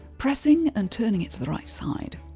pressing and turning it to the right side.